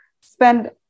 spend